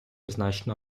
значно